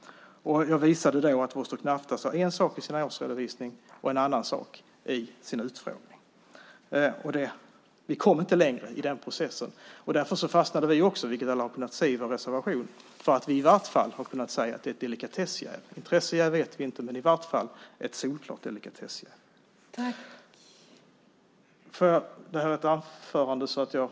Jag visade då att man från Vostok Nafta sade en sak i sin årsredovisning och en annan sak vid utfrågningen. Vi kom inte längre i den processen. Därför fastnade vi också, vilket alla har kunnat se i vår reservation, för att vi i alla fall kunde säga att det är ett delikatessjäv. Vi vet inte om det är ett intressejäv, men det är ett solklart delikatessjäv.